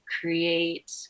create